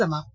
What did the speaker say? समाप्त